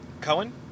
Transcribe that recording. Cohen